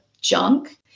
junk